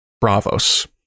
bravos